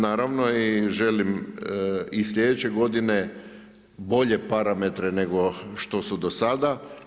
Naravno i želim i sljedeće godine bolje parametre nego što su do sada.